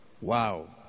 Wow